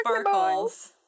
sparkles